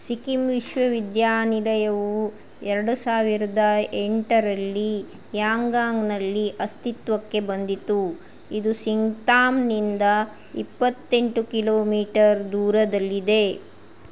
ಸಿಕ್ಕಿಂ ವಿಶ್ವವಿದ್ಯಾನಿಲಯವು ಎರಡು ಸಾವಿರದ ಎಂಟರಲ್ಲಿ ಯಾಂಗಾಂಗ್ನಲ್ಲಿ ಅಸ್ತಿತ್ವಕ್ಕೆ ಬಂದಿತು ಇದು ಸಿಂಗ್ತಾಂನಿಂದ ಇಪ್ಪತ್ತೆಂಟು ಕಿಲೋಮೀಟರ್ ದೂರದಲ್ಲಿದೆ